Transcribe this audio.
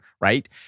right